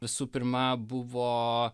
visų pirma buvo